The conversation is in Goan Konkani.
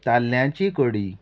ताल्ल्याची कडी